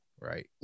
right